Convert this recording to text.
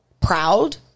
proud